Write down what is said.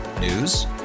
news